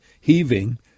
heaving